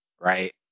right